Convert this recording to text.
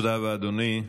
תודה רבה, אדוני.